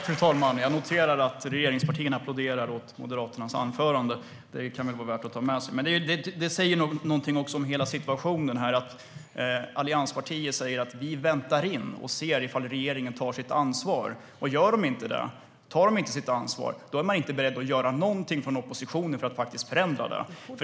Fru talman! Jag noterar att regeringspartierna applåderar Moderaternas anförande. Det kan väl vara värt att ta med sig. Det säger också någonting om hela situationen här. Allianspartier säger att de väntar och ser om regeringen tar sitt ansvar. Gör den inte det, tar den inte sitt ansvar, är de inte beredda att göra någonting från oppositionens sida för att förändra det.